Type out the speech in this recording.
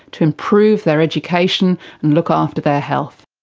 to improve their education and look after their health.